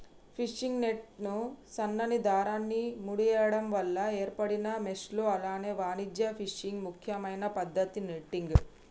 fishing నెట్లు సన్నని దారాన్ని ముడేయడం వల్ల ఏర్పడిన మెష్లు అలాగే వాణిజ్య ఫిషింగ్ ముఖ్యమైన పద్దతి నెట్టింగ్